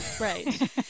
Right